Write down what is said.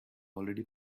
already